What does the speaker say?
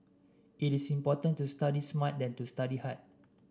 it is important to study smart than to study hard